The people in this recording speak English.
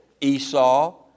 Esau